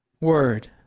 Word